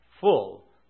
Full